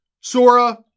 Sora